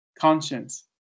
Conscience